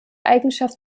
eigenschaft